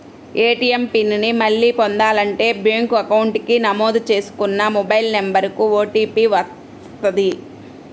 ATM pin ని మళ్ళీ పొందాలంటే బ్యేంకు అకౌంట్ కి నమోదు చేసుకున్న మొబైల్ నెంబర్ కు ఓటీపీ వస్తది